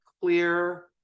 clear